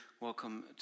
Welcome